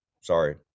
Sorry